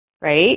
right